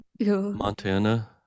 Montana